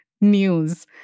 news